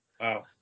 Wow